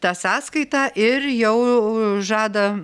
tą sąskaitą ir jau žada